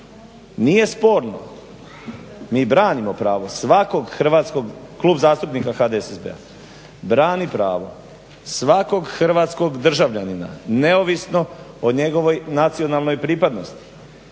Nije sporno mi branimo pravo svakog hrvatskog Klub zastupnika HDSSB-a brani pravo svakog hrvatskog državljanina neovisno o njegovoj nacionalnoj pripadnosti